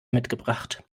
mitgebracht